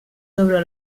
sobre